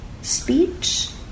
speech